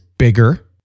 Bigger